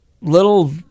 little